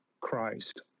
Christ